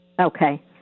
Okay